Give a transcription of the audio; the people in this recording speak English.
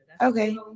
Okay